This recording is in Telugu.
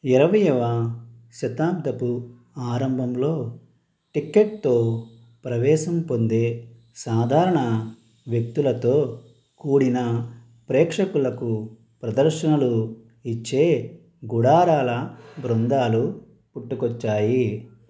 ఇరవయవ శతాబ్దపు ఆరంభంలో టికెట్తో ప్రవేశం పొందే సాధారణ వ్యక్తులతో కూడిన ప్రేక్షకులకు ప్రదర్శనలు ఇచ్చే గుడారాల బృందాలు పుట్టుకొచ్చాయి